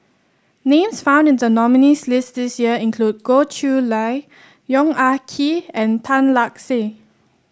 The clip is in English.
names found in the nominees' list this year include Goh Chiew Lye Yong Ah Kee and Tan Lark Sye